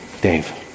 Dave